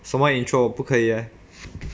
什么 intro 不可以 leh